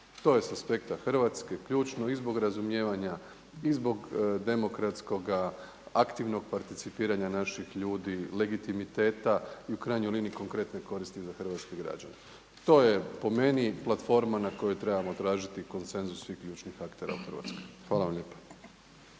To je sa aspekta Hrvatske ključno i zbog razumijevanja i zbog demokratskoga aktivnog participiranja naših ljudi, legitimiteta i u krajnjoj liniji konkretne koristi za hrvatske građane. To je po meni platforma na kojoj trebamo tražiti konsenzus svih ključnih aktera u Hrvatskoj. Hvala vam lijepa.